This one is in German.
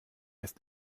ist